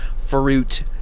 fruit